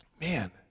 Man